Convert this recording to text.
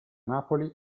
napoli